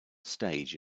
stage